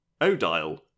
odile